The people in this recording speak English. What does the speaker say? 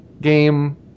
game